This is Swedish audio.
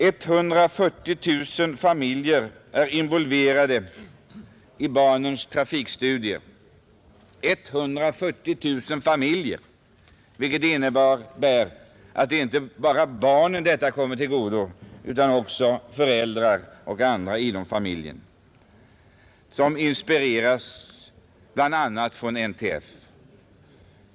140 000 familjer är involverade i barnens trafikstudier, vilket innebär att det inte bara är barnen detta kommer till godo utan också föräldrar och andra familjemedlemmar, som inspireras bl.a. av NTF.